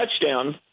touchdown